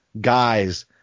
Guys